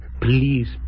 Please